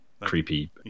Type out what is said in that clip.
creepy